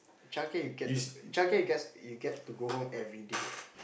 childcare you get to childcare you gets you get to go home every day